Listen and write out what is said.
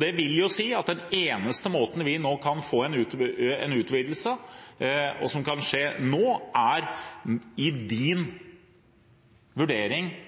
Det vil si at den eneste måten vi nå kan få en utvidelse på, er ved statsrådens vurdering av klager på konsesjonsbehandling som kommer til departementet. I en situasjon nå